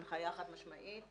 הנחיה חד משמעית,